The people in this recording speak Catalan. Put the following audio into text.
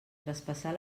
traspassar